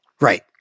Right